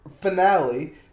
finale